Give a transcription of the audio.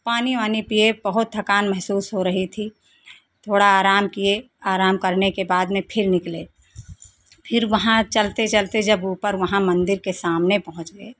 पानी वानी पिए बहुत थकान महसूस हो रही थी थोड़ा आराम किए आराम करने के बाद में फिर निकले फिर वहां चलते चलते जब ऊपर वहां मंदिर के सामने पहुँच गए